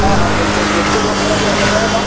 हा हा बिल्कुलु बिस्कुट वग़ैरह बि रखंदा आयो तव्हां